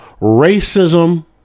racism